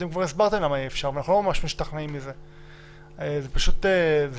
כבר הסברתם למה אי-אפשר ואנחנו לא ממש משתכנעים מזה.